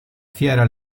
fiera